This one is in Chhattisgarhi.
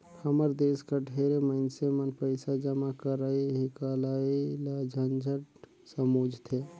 हमर देस कर ढेरे मइनसे मन पइसा जमा करई हिंकलई ल झंझट समुझथें